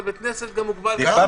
אבל בית כנסת גם מוגבל היום.